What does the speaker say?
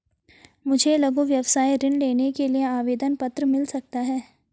मुझे लघु व्यवसाय ऋण लेने के लिए आवेदन पत्र मिल सकता है?